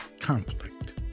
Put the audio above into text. conflict